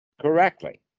correctly